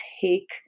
take